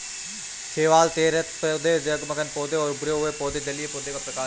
शैवाल, तैरते पौधे, जलमग्न पौधे और उभरे हुए पौधे जलीय पौधों के प्रकार है